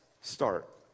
start